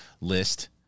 list